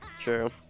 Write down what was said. True